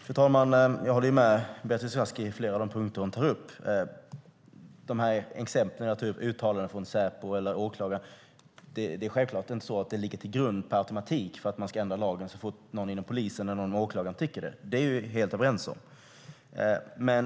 Fru talman! Jag håller med Beatrice Ask på flera av de punkter hon tar upp. När det gäller de exempel jag tog upp med uttalanden från Säpo eller åklagaren är det självklart inte så att man med automatik ska ändra lagen så fort någon inom polisen eller en åklagare tycker det. Det är vi helt överens om.